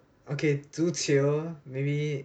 okay 足球 maybe